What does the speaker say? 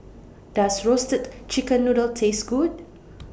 Does Roasted Chicken Noodle Taste Good